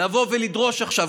לבוא ולדרוש עכשיו,